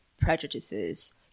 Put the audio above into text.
prejudices